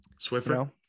swiffer